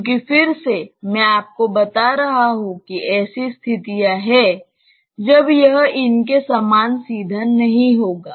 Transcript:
क्योंकि फिर से मैं आपको बता रहा हूं कि ऐसी स्थितियां हैं जब यह इन के समान सीधा नहीं होगा